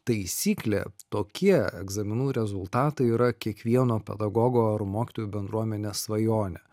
taisyklė tokie egzaminų rezultatai yra kiekvieno pedagogo ar mokytojų bendruomenės svajonė